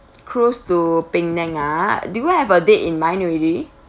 cruise to penang ah do you have a date in mind already